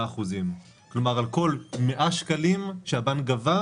אין בעיה, בערך 0.87% תוספת לריבית שהבנק מקבל גם